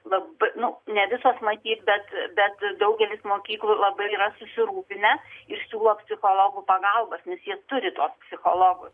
labai nu ne visos matyt bet bet daugelis mokyklų labai yra susirūpinę ir siūlo psichologų pagalbas nes jie turi tuos psichologus